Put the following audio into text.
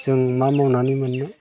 जों मा मावनानै मोननो